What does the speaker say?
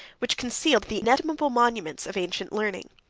which concealed the inestimable monuments of ancient learning.